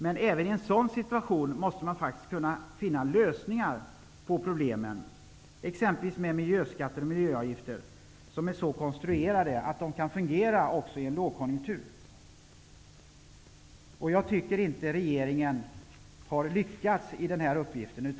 Men även i en sådan situation måste vi kunna finna lösningar på problemen, exempelvis med miljöskatter och miljöavgifter som är så konstruerade att de kan fungera också i en lågkonjunktur. Jag tycker inte att regeringen har lyckats i denna uppgift.